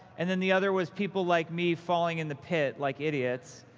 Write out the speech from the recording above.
and then the other was people like me falling in the pit like idiots.